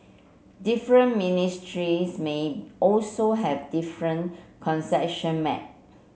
different ministries may also have different concession map